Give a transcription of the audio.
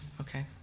Okay